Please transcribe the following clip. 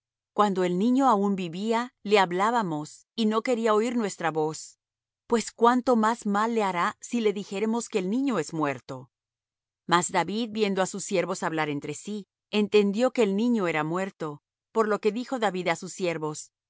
cuando el niño aun vivía le hablábamos y no quería oir nuestra voz pues cuánto más mal le hará si le dijéremos que el niño es muerto mas david viendo á sus siervos hablar entre sí entendió que el niño era muerto por lo que dijo david á sus siervos